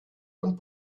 und